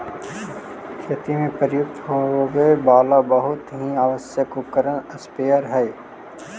खेती में प्रयुक्त होवे वाला बहुत ही आवश्यक उपकरण स्प्रेयर हई